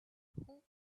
who